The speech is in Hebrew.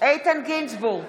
איתן גינזבורג,